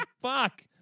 Fuck